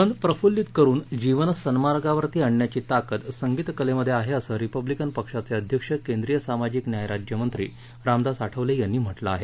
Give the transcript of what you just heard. मन प्रफुल्लित करून जीवन सन्मार्गावर आणण्याची ताकद संगीत कलेमध्ये आहे असं रिपब्लिकन पक्षाचे अध्यक्ष केंद्रीय सामाजिक न्याय राज्यमंत्री रामदास आठवले यांनी म्हटले आहे